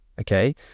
Okay